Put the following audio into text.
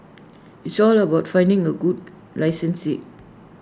it's all about finding A good licensee